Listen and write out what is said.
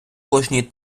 кожній